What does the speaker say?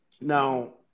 Now